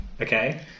Okay